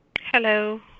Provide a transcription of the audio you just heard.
Hello